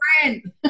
friend